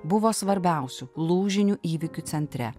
buvo svarbiausių lūžinių įvykių centre